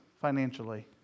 financially